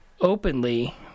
openly